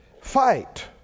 fight